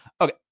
Okay